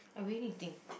I really need to think